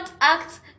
act